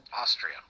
Austria